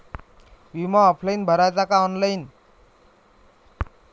बिमा ऑफलाईन भराचा का ऑनलाईन?